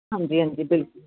ਹਾਂਜੀ ਹਾਂਜੀ ਬਿਲਕੁਲ